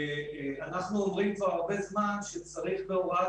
אנחנו אומרים כבר הרבה זמן שצריך בהוראת